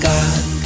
God